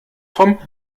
vom